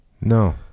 No